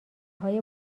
های